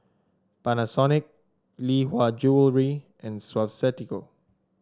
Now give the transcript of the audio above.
Panasonic Lee Hwa Jewellery and Suavecito